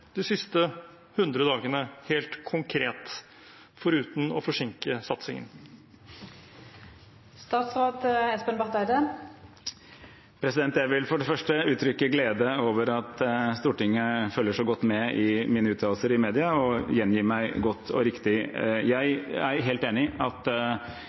de siste 100 dagene, helt konkret, foruten å forsinke satsingen. Jeg vil for det første uttrykke glede over at Stortinget følger så godt med på mine uttalelser i media og gjengir meg godt og riktig. Jeg er helt enig i at